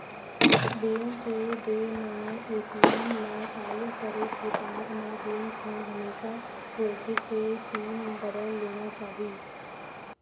bank के देय नवा ए.टी.एम ल चालू करे के बाद म बेंक ह हमेसा बोलथे के पिन बदल लेना चाही